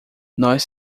nós